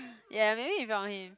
ya maybe in front of him